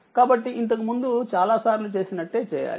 కాబట్టి ఇంతకు ముందు చాలాసార్లు చేసినట్లే చేయాలి